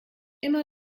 immer